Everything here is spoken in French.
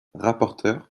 rapporteur